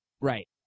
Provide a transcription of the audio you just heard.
Right